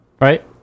right